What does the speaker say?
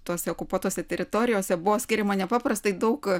tose okupuotose teritorijose buvo skiriama nepaprastai daug